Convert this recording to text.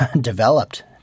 developed